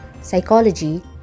Psychology